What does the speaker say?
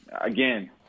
again